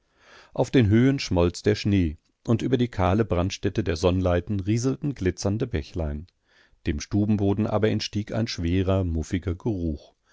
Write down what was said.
auf den höhen schmolz der schnee und über die kahle brandstätte der sonnleiten rieselten glitzernde bächlein dem stubenboden aber entstieg ein schwerer muffiger geruch